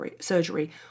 surgery